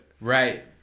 Right